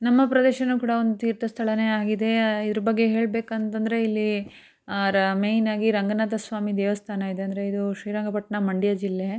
ನಮ್ಮ ಪ್ರದೇಶವೂ ಕೂಡ ಒಂದು ತೀರ್ಥ ಸ್ಥಳವೇ ಆಗಿದೆ ಇದ್ರ ಬಗ್ಗೆ ಹೇಳಬೇಕಂತಂದ್ರೆ ಇಲ್ಲಿ ರ ಮೇಯ್ನ್ ಆಗಿ ರಂಗನಾಥ ಸ್ವಾಮಿ ದೇವಸ್ಥಾನ ಇದೆ ಅಂದರೆ ಇದು ಶ್ರೀರಂಗಪಟ್ಟಣ ಮಂಡ್ಯ ಜಿಲ್ಲೆ